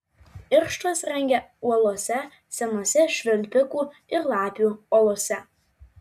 irštvas rengia uolose senose švilpikų ir lapių olose